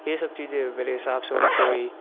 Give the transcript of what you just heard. यह सब चीजें मेरे हिसाब से उनको वही